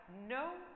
no